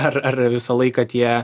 ar ar visą laiką tie